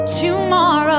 tomorrow